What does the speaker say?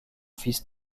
fils